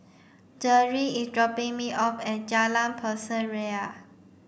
Deirdre is dropping me off at Jalan Pasir Ria